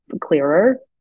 clearer